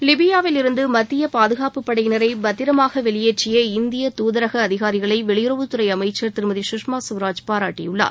லிபியாவில் இருந்து மத்திய பாதுகாப்புப் படையினரை பத்திரமாக வெளியேற்றிய இந்திய தூதரக அதிகாரிகளை வெளியுறவுத்துறை அமைச்சர் திருமதி சுஷ்மா ஸ்வராஜ் பாராட்டியுள்ளார்